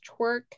twerk